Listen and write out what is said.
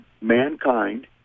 mankind